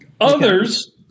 Others